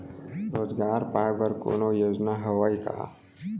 रोजगार पाए बर कोनो योजना हवय का?